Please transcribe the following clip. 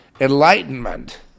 enlightenment